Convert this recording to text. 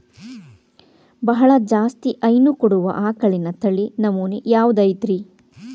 ಬಹಳ ಜಾಸ್ತಿ ಹೈನು ಕೊಡುವ ಆಕಳಿನ ತಳಿ ನಮೂನೆ ಯಾವ್ದ ಐತ್ರಿ?